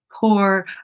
poor